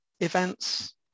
events